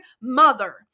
mother